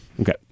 Okay